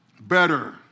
Better